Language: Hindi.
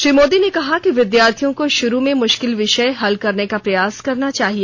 श्री मोदी ने कहा कि विद्यार्थियों को शुरू में मुश्किल विषय हल करने का प्रयास करना चाहिए